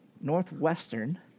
Northwestern